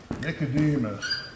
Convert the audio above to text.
Nicodemus